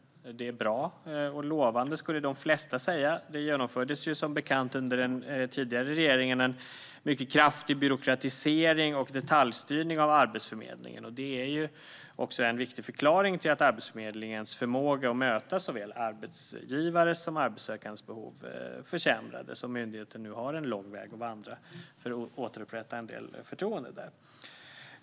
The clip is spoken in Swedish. Det är bra och lovande, skulle de flesta säga. Det genomfördes ju, som bekant, under den tidigare regeringen en mycket kraftig byråkratisering och detaljstyrning av Arbetsförmedlingen. Det är också en viktig förklaring till att Arbetsförmedlingens förmåga att möta såväl arbetsgivares som arbetssökandes behov försämrades och att myndigheten nu har en lång väg att vandra för att återupprätta en del förtroende.